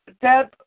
Deb